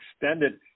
extended